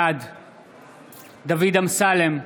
בעד דוד אמסלם,